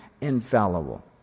infallible